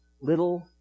little